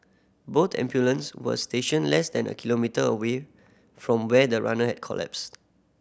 both ambulance were stationed less than a kilometre away from where the runner had collapsed